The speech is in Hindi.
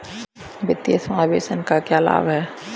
वित्तीय समावेशन के क्या लाभ हैं?